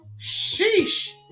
sheesh